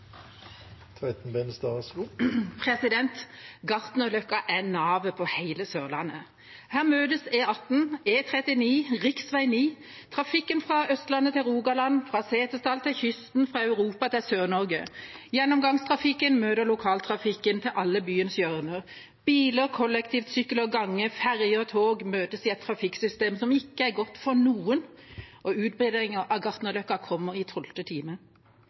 navet på hele Sørlandet. Her møtes E18, E39, rv. 9, trafikken fra Østlandet til Rogaland, fra Setesdal til kysten, fra Europa til Sør-Norge. Gjennomgangstrafikken møter lokaltrafikken til alle byens hjørner. Biler, kollektivtrafikk, sykkel og gange, ferje og tog møtes i et trafikksystem som ikke er godt for noen, og utbedringen av Gartnerløkka kommer i tolvte time.